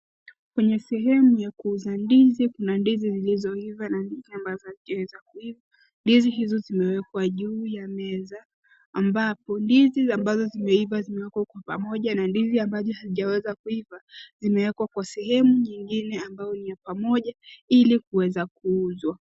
Kwenye sehemu ya kuuza ndizi kuna ndizi zilizoiva na zingine ambazo hazijaweza kuiva. Ndizi hizo zimewekwa juu ya meza ambapo ndizi ambazo zimeiva zimewekwa pamoja na ndizi ambazo hazijaweza kuiva zimewekwa kwa sehemu nyingine ambayo ni ya pamoja ili ziweze kuuzwa.